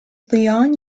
leon